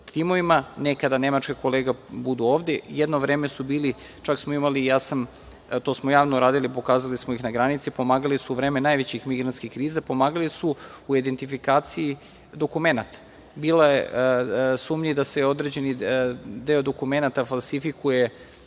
timovima. Nekada nemačke kolege budu ovde. Jedno vreme su bili, čak smo imali, to smo javno radili, pokazali smo ih na granici, pomagali su u vreme najvećih migrantskih kriza, pomagali su u identifikaciji dokumenata. Bilo je sumnje i da se određeni deo dokumenata falsifikuje